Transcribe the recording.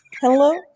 hello